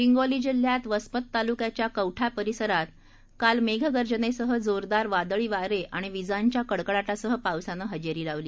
हिंगोली जिल्ह्यात वसमत तालुक्याच्या कवठा परिसरात काल मेघगर्जनेसह जोरदार वादळी वारे आणि विजांच्या कडकडाटासह पावसानं हजेरी लावली